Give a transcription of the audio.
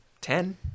Ten